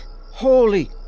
Holy